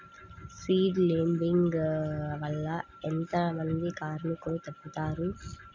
Seed లేంబింగ్ వల్ల ఎంత మంది కార్మికులు తగ్గుతారు?